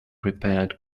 repaired